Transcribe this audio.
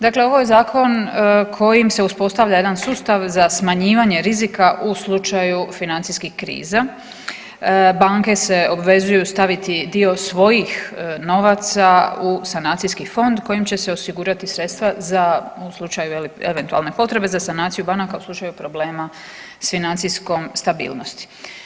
Dakle, ovo je zakon kojim se uspostavlja jedan sustav za smanjivanje rizika u slučaju financijskih kriza, banke se obvezuju staviti dio svojih novaca u sanacijski fond kojim će se osigurati sredstva za u ovom slučaju je li eventualne potrebe za sanaciju banaka u slučaju problema s financijskom stabilnosti.